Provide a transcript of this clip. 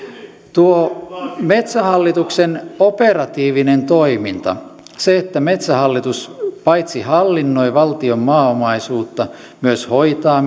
tuo metsähallituksen operatiivinen toiminta se että metsähallitus paitsi hallinnoi valtion maaomaisuutta myös hoitaa